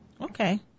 Okay